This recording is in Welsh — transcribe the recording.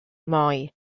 moi